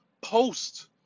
post